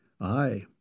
Aye